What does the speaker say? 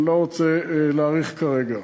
אני לא רוצה להאריך כרגע.